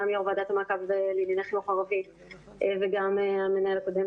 גם יו"ר ועדת המעקב לענייני חינוך ערבי וגם המנהל הקודם